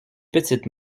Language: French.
petites